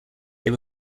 they